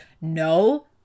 no